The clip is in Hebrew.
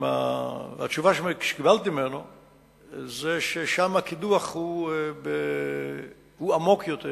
התשובה שקיבלתי ממנו היא ששם הקידוח עמוק יותר,